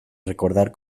recordar